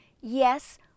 Yes